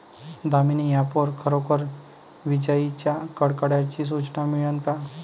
Damini app वर खरोखर विजाइच्या कडकडाटाची सूचना मिळन का?